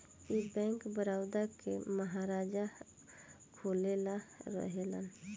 ई बैंक, बड़ौदा के महाराजा खोलले रहले